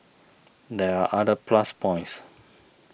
there are other plus points